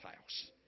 house